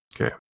Okay